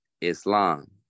Islam